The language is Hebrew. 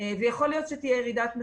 ויכול להיות שתהיה ירידת מחירים,